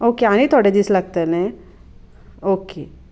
okay आनी थोडे दीस लागतले ओके